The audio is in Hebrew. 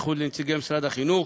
ובייחוד לנציגי משרד החינוך,